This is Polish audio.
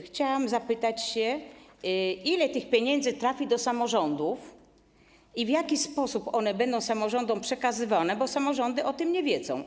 Chciałam zapytać, ile tych pieniędzy trafi do samorządów i w jaki sposób będą one samorządom przekazywane, bo samorządy o tym nie wiedzą.